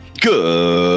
Good